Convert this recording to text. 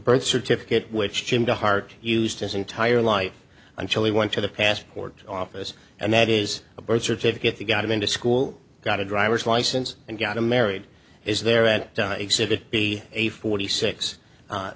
birth certificate which jim de hart used his entire life until he went to the passport office and that is a birth certificate that got him into school got a driver's license and gotten married is there at exhibit b a forty six